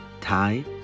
Thai